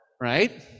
right